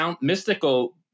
mystical